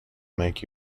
make